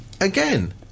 Again